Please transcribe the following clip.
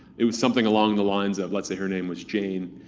it was something along the lines of, let's say her name was jane.